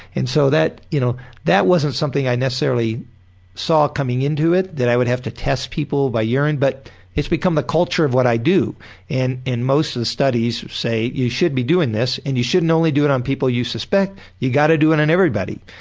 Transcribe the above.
and so that you know that wasn't something i necessarily saw coming into it, that i would have to test people by urine, but it's become the culture of what i do and and most of the studies say you should be doing this and you shouldn't only do it on people you suspect, you gotta do it on and and everybody'.